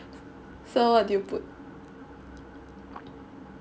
so what did you put